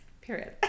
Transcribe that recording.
Period